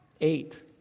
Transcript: Eight